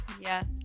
Yes